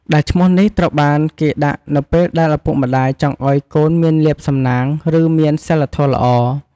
ដែលឈ្មោះនេះ ត្រូវបានគេដាក់នៅពេលដែលឪពុកម្តាយចង់ឲ្យកូនមានលាភសំណាង ឬមានសីលធម៌ល្អ។